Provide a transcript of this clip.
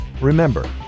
Remember